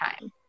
time